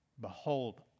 Behold